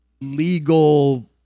legal